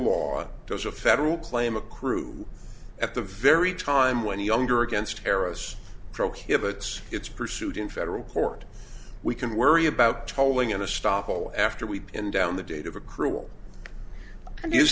law does a federal claim accrue at the very time when younger against terrorists prohibits its pursuit in federal court we can worry about tolling in a stop all after we've been down the date of a cruel